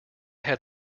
had